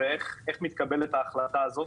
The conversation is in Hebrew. צריך אומץ לקיים את הדיון הזה.